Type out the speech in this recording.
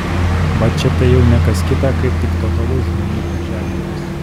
vat čia tai jau ne kas kita kaip tik totalus žmonių pažeminimas